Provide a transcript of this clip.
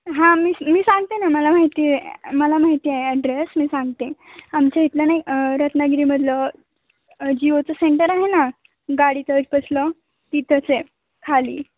हां मी मी सांगते ना मला माहिती आहे मला माहिती आहे ॲड्रेस मी सांगते आमच्या इथलं नाही रत्नागिरीमधलं जिओचं सेंटर आहे ना गाडी तळापासचं तिथंच आहे खाली